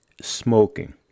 smoking